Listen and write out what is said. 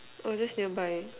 oh that's nearby